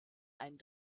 einen